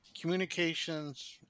communications